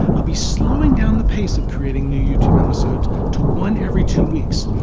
i'll be slowing down the pace of creating new youtube episodes to one every two weeks.